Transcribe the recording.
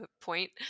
point